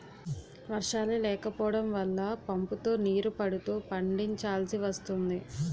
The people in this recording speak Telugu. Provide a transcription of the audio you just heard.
వర్షాలే లేకపోడం వల్ల పంపుతో నీరు పడుతూ పండిచాల్సి వస్తోంది